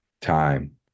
time